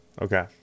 Okay